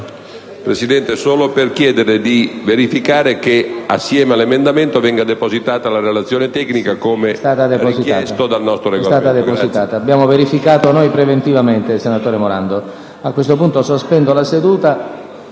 Presidente, le chiedo di verificare che, assieme all'emendamento, venga depositata anche la relazione tecnica, come richiesto dal nostro Regolamento.